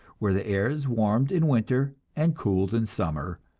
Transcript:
where the air is warmed in winter, and cooled in summer,